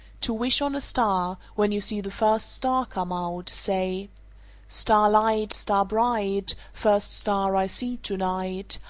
to wish on a star, when you see the first star come out, say star light, star bright, first star i see to-night,